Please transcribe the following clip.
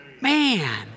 Man